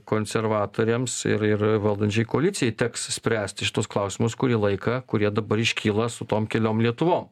konservatoriams ir ir valdančiai koalicijai teks spręsti šituos klausimus kurį laiką kurie dabar iškyla su tom keliom lietuvom